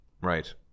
right